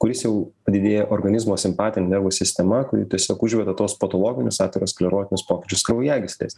kuris jau padidėja organizmo simpatinė nervų sistema kuri tiesiog užveda tuos patologinius aterosklerotinius pokyčius kraujagyslės